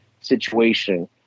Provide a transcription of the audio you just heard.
situation